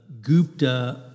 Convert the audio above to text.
Gupta